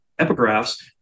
epigraphs